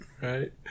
Right